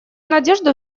надежду